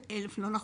וזה לא נכון.